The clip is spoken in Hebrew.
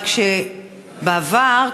רק שבעבר,